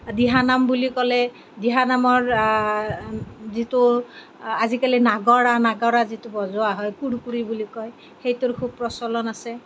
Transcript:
দিহানাম বুলি ক'লে দিহানামৰ যিটো আজিকালি নাগৰা নাগৰা যিটো বজোৱা হয় কুৰকুৰি বুলি কয় সেইটোৰ খুব প্ৰচলন আছে